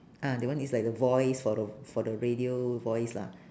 ah that one is like the voice for the for the radio voice lah